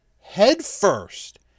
headfirst